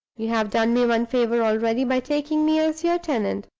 you have done me one favor already by taking me as your tenant,